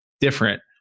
different